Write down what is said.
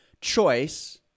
choice